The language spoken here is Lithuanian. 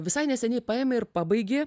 visai neseniai paėmė ir pabaigė